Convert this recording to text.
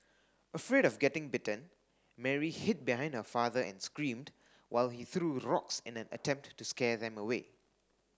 afraid of getting bitten Mary hid behind her father and screamed while he threw rocks in an attempt to scare them away